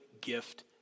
gift